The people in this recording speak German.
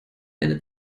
eine